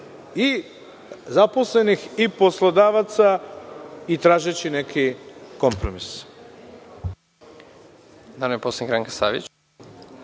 i zaposlenih i poslodavaca i tražeći neki kompromis.